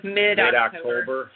mid-October